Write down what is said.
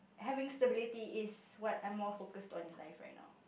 having stability is what I'm more focused on in life right now